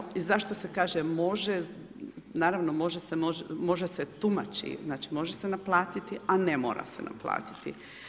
Naravno i zašto se kaže može, naravno može se tumači, znači može se naplatiti, a ne mora se naplatiti.